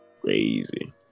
Crazy